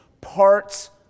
parts